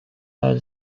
are